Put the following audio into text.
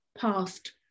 past